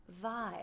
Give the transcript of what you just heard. vibe